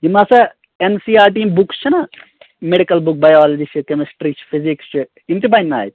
یِم ہسا N C R T یِم بُکٕس چھِنہ میٚڈکٕل بُک بَیالجی چھِ کیٚمسٹرٛی چھِ فِزیکٕس چھِ یِم تہِ بَننہِ نا اَتہِ